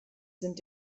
sind